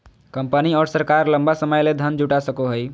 company और सरकार लंबा समय ले धन जुटा सको हइ